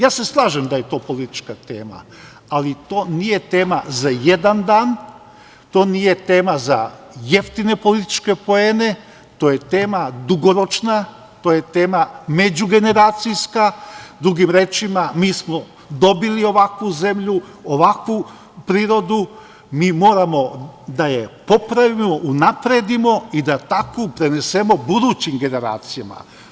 Ja se slažem da je to politička tema, ali to nije tema za jedan dan, to nije tema za jeftine političke poene, to je tema dugoročna, to je tema međugeneracijska, drugim rečima mi smo dobili ovakvu zemlju, ovakvu prirodu, mi moramo da je popravimo, unapredimo i da takvu prenesemo budućim generacijama.